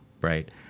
right